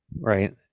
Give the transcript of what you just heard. right